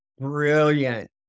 brilliant